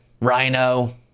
rhino